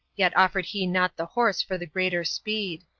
yet offered he not the horse for the greater speed.